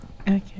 Okay